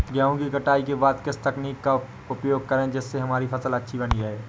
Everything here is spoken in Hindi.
गेहूँ की कटाई के बाद किस तकनीक का उपयोग करें जिससे हमारी फसल अच्छी बनी रहे?